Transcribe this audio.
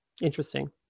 interesting